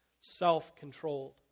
self-controlled